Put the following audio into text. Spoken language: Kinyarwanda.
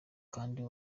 kandi